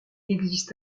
existe